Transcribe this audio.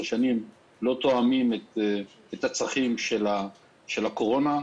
שנים לא תואמים את הצרכים של תקופת הקורונה.